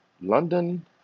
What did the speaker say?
London